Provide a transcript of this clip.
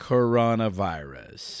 Coronavirus